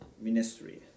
ministry